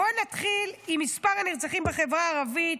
בוא נתחיל עם מספר הנרצחים בחברה הערבית,